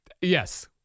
Yes